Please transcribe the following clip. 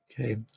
okay